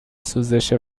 سوزش